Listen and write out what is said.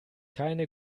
keine